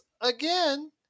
again